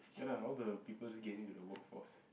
ya lah all the people's getting into the workforce